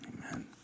Amen